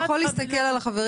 אתה יכול להסתכל על החברים,